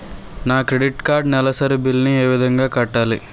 నా credit card నెలసరి bill ని ఏ విధంగా కట్టాలి?